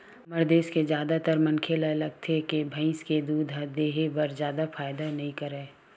हमर देस के जादातर मनखे ल लागथे के भइस के दूद ह देहे बर जादा फायदा नइ करय